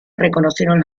reconocieron